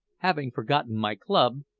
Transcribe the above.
having forgotten my club,